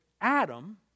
Adam